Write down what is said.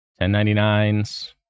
1099s